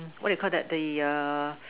um what you Call that the err